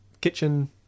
kitchen